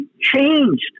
changed